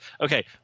Okay